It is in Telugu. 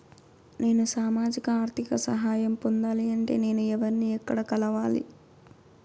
నేను సామాజిక ఆర్థిక సహాయం పొందాలి అంటే నేను ఎవర్ని ఎక్కడ కలవాలి?